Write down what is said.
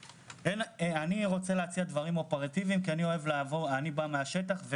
אני רוצה להציע דברים אופרטיביים כי אני בא מן השטח.